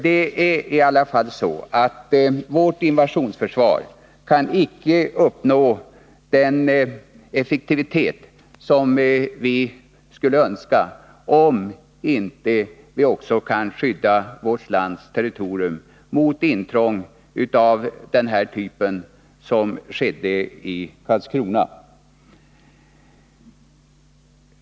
Det är i alla fall så, att vårt invasionsförsvar inte kan uppnå den effektivitet som vi skulle önska, om vi inte också kan skydda vårt lands territorium mot intrång av den typ som skedde i Karlskrona.